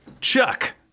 Chuck